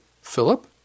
Philip